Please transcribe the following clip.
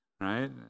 right